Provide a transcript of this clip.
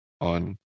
on